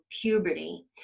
puberty